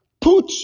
put